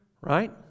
right